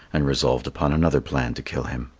and resolved upon another plan to kill him.